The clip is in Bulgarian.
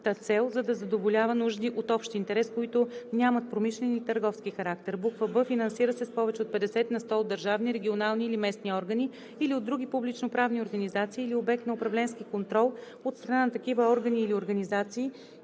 цел да задоволява нужди от общ интерес, които нямат промишлен или търговски характер; б) финансира се с повече от 50 на сто от държавни, регионални или местни органи или от други публичноправни организации, или е обект на управленски контрол от страна на такива органи или организации,